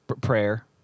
prayer